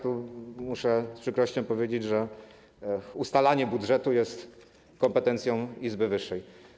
Tu muszę z przykrością powiedzieć, że ustalanie budżetu jest kompetencją izby wyższej.